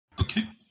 Okay